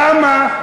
למה?